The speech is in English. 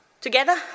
Together